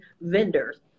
vendors